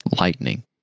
lightning